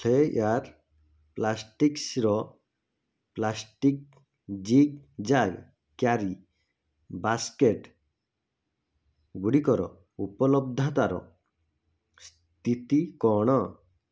Flair ପ୍ଲାଷ୍ଟିକ୍ସ୍ର plastic zigzag carry basket ଗୁଡ଼ିକର ଉପଲବ୍ଧତାର ସ୍ଥିତି କ'ଣ